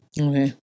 Okay